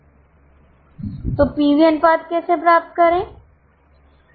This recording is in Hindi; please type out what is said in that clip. तो पीवी अनुपात कैसे प्राप्त करें